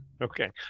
Okay